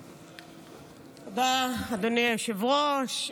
תודה, אדוני היושב-ראש.